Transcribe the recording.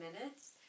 minutes